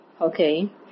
Okay